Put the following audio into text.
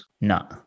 No